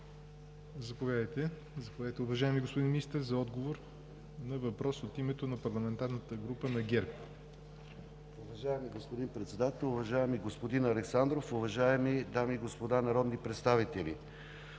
Заповядайте, уважаеми господин Министър, за отговор на въпрос от името на парламентарната група на ГЕРБ. МИНИСТЪР КИРИЛ АНАНИЕВ: Уважаеми господин Председател, уважаеми господин Александров, уважаеми дами и господа народни представители!